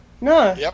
no